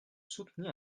soutenir